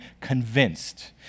convinced